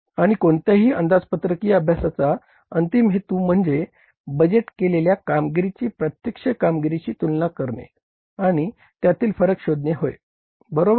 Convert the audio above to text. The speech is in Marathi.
आणि कोणत्याही अंदाजपत्रकीय अभ्यासाचा अंतिम हेतू म्हणजे बजेट केलेल्या कामगिरीची प्रत्यक्ष कामगिरीशी तुलना करणे आणि त्यातील फरक शोधणे होय बरोबर